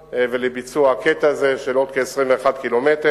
ולביצוע הקטע הזה של עוד כ-21 קילומטרים.